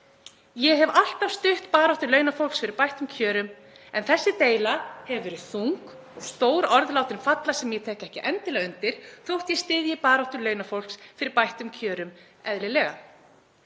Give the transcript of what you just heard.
„Ég hef alltaf stutt baráttu launafólks fyrir bættum kjörum, en þessi deila hefur verið þung og stór orð látin falla sem ég tek ekki endilega undir þótt ég styðji baráttu launafólks fyrir bættum kjörum eðlilega.“